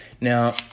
Now